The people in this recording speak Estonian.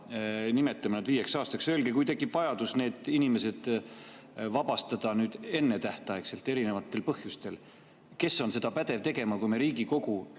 nimetame nad viieks aastaks. Öelge, kui tekib vajadus need inimesed vabastada ennetähtaegselt, erinevatel põhjustel, siis kes on pädev seda tegema, kui me Riigikogu,